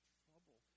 trouble